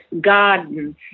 garden